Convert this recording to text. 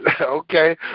Okay